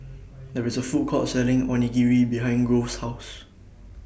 There IS A Food Court Selling Onigiri behind Grove's House